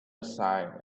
aside